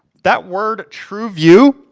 that word, trueview,